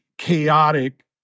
chaotic